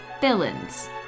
villains